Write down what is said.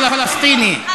איפה השפה הפרלמנטרית שלך?